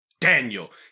daniel